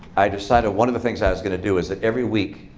i decided one of the things i was going to do is that every week,